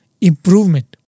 improvement